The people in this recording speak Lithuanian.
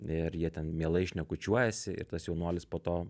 ir jie ten mielai šnekučiuojasi ir tas jaunuolis po to